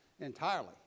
entirely